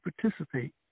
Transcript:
participate